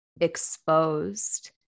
exposed